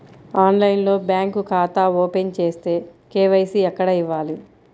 ఆన్లైన్లో బ్యాంకు ఖాతా ఓపెన్ చేస్తే, కే.వై.సి ఎక్కడ ఇవ్వాలి?